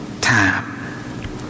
time